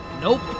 Nope